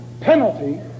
penalty